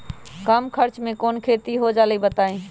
कम खर्च म कौन खेती हो जलई बताई?